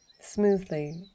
smoothly